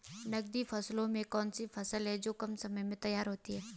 नकदी फसलों में कौन सी फसलें है जो कम समय में तैयार होती हैं?